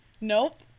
Nope